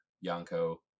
Yanko